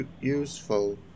useful